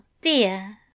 dear